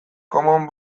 common